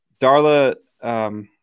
Darla